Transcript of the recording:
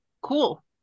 cool